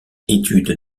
études